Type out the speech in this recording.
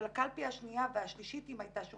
אבל הקלפי השנייה והשלישית אם הייתה,